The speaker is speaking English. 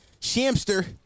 Shamster